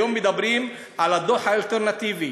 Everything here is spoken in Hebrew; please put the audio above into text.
היום מדברים על הדוח האלטרנטיבי,